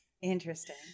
Interesting